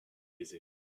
baisers